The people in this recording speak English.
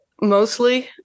mostly